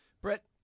Brett